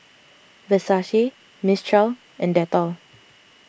Versace Mistral and Dettol